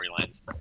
storylines